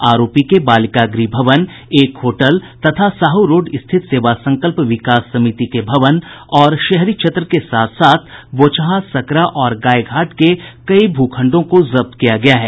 आरोपी के बालिका गृह भवन एक होटल तथा साहू रोड स्थित सेवा संकल्प विकास समिति के भवन और शहरी क्षेत्र के साथ साथ बोचहां सकरा और गायघाट के कई भू खण्डों को जब्त किया गया है